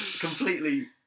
completely